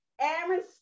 Aaron's